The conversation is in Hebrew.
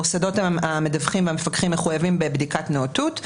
המוסדות המדווחים והמפקחים מחויבים בבדיקת נאונות.